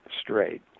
straight